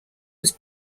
was